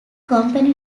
company